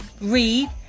read